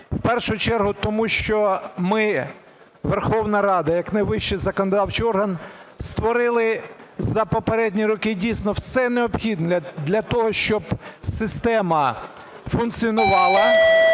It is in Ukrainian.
В першу чергу тому, що ми, Верховна Рада, як найвищий законодавчий орган, створили за попередні роки, дійсно, все необхідне для того, щоб система функціонувала,